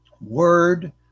word